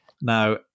Now